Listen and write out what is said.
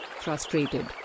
frustrated